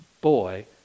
boy